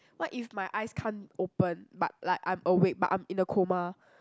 what if my eyes can't open but like I'm awake but I'm in a coma